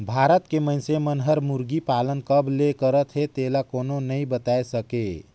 भारत के मइनसे मन हर मुरगी पालन कब ले करत हे तेला कोनो नइ बताय सके